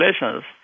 relations